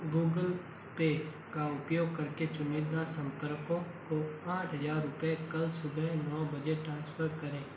Google Pay का उपयोग करके चुनिंदा संपर्कों को आठ हजार रुपये कल सुबह नौ बजे ट्रांसफ़र करें